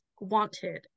Wanted